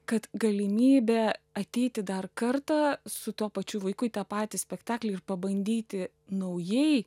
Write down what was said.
kad galimybė ateiti dar kartą su tuo pačiu vaiku į tą patį spektaklį ir pabandyti naujai